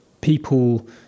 people